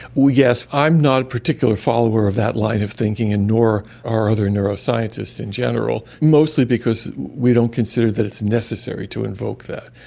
well, yes, i'm not a particular follower of that line of thinking, and nor are other neuroscientists in general, mostly because we don't consider that it's necessary to invoke that,